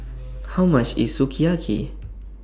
How much IS Sukiyaki